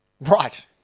Right